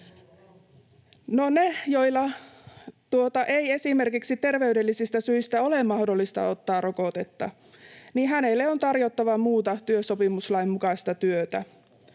jolla ei esimerkiksi terveydellisistä syistä ole mahdollista ottaa rokotetta, on tarjottava muuta työsopimuslain mukaista työtä.